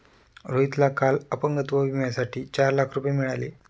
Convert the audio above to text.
रोहितला काल अपंगत्व विम्यासाठी चार लाख रुपये मिळाले